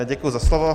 Děkuji za slovo.